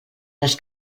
dels